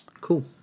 Cool